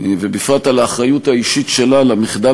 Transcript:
ובפרט על האחריות האישית שלה למחדל